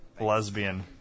lesbian